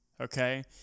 Okay